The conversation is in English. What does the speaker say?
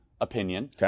opinion